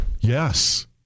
Yes